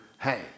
hey